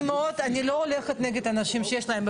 אני מאוד, אני לא הולכת נגד אנשים שיש להם.